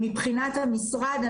מבחינת המשרד,